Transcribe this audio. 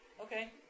Okay